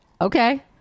Okay